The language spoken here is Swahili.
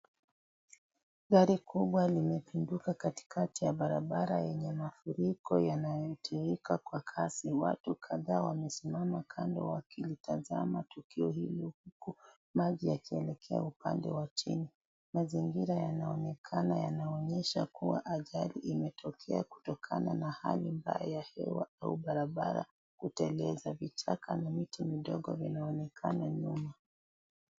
Gari kubwa limepinduka kati kati ya bara bara yenye mafuriko yanayo tirika kwa kasi, watu kadhaa wamesimaa kando wakilitazama tukio hilo huku maji yakielekea upande wa chini, mazingira yanaonekanq yanaonyesha kuwa ajali imetokea kutokana na hali mbaya ya hewa au barabara, kuta zenye vichaka na miti midogo inaonekana nyuma.